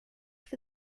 for